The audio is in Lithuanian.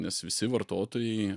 nes visi vartotojai